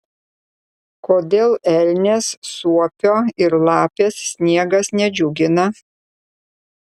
kodėl elnės suopio ir lapės sniegas nedžiugina